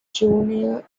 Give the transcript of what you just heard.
junior